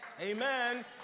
Amen